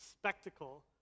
spectacle